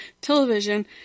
television